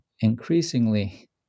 increasingly